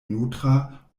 nutra